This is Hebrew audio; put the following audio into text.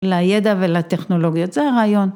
לידע ולטכנולוגיות, זה הרעיון.